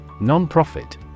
Non-profit